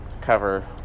cover